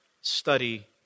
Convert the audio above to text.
study